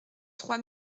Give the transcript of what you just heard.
trois